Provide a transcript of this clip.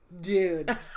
Dude